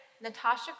Natasha